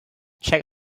check